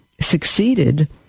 succeeded